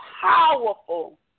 powerful